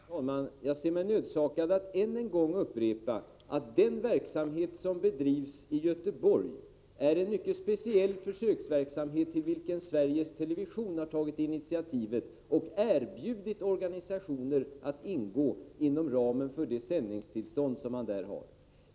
Herr talman! Jag ser mig nödsakad att än en gång upprepa att den verksamhet som bedrivs i Göteborg är en mycket speciell försöksverksamhet, till vilken Sveriges Television har tagit initiativet och erbjudit organisa tioner att ingå, inom ramen för det sändningstillstånd som bolaget nu har.